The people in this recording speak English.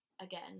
again